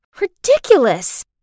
Ridiculous